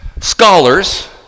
scholars